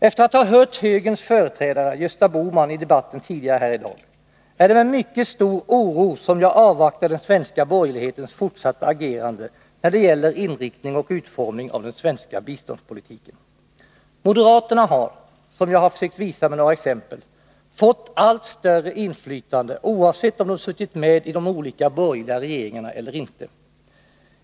Efter att ha hört högerns företrädare, Gösta Bohman, i debatten tidigare här i dag, är det med mycket stor oro som jag avvaktar den svenska borgerlighetens fortsatta agerande när det gäller inriktning och utformning av den svenska biståndspolitiken. Moderaterna har, som jag försökt visa med några exempel, fått allt större inflytande, oavsett om de suttit med i de olika borgerliga regeringarna eller inte.